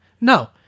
No